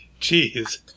jeez